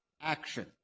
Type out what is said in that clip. action